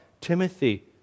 Timothy